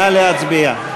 נא להצביע.